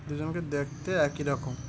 দুজনকে দেখতে একই রকম